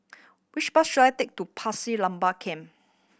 which bus should I take to Pasir Laba Camp